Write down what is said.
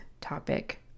topic